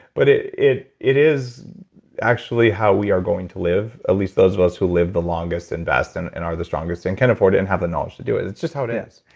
but it it is actually how we are going to live, at least those of us who live the longest and best and and are the strongest, and can afford it and have the knowledge to do it. it's just how it is